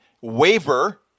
waiver